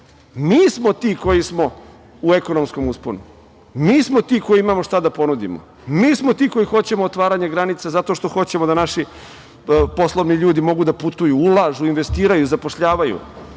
Mi smo ti koji smo u ekonomskom usponu. Mi smo ti koji imamo šta da ponudimo, mi smo ti koji hoćemo otvaranje granica, zato što hoćemo da naši poslovni ljudi mogu da putuju, ulažu, investiraju, zapošljavaju.